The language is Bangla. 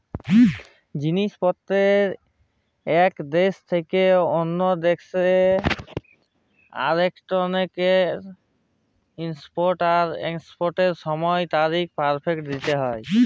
জিলিস পত্তের ইক দ্যাশ থ্যাকে আরেকটতে ইমপরট আর একসপরটের সময় তারিফ টেকস দ্যিতে হ্যয়